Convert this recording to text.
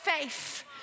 faith